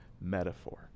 metaphor